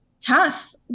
tough